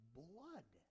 blood